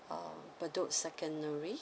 err bedok secondary